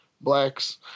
blacks